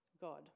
God